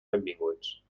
benvinguts